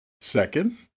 Second